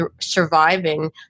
surviving